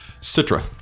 Citra